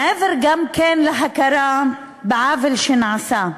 מעבר להכרה בעוול שנעשה,